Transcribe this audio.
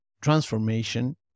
transformation